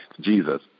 Jesus